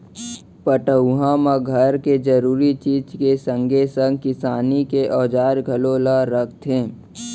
पटउहाँ म घर के जरूरी चीज के संगे संग किसानी के औजार घलौ ल रखथे